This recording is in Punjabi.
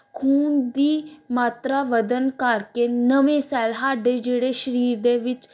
ਖੂਨ ਦੀ ਮਾਤਰਾ ਵਧਣ ਕਰਕੇ ਨਵੇਂ ਸੈਲ ਸਾਡੇ ਜਿਹੜੇ ਸਰੀਰ ਦੇ ਵਿੱਚ